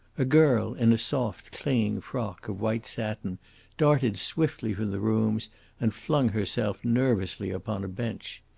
a girl in a soft, clinging frock of white satin darted swiftly from the rooms and flung herself nervously upon a bench.